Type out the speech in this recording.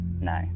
No